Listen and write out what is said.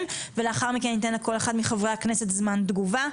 ולאחר מכן אני אתן לכל אחד מחברי הכנסת זמן תגובה.